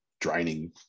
draining